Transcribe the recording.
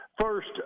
First